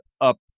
up